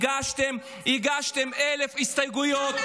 הגשתם אלף הסתייגויות,